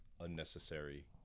unnecessary